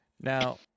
Now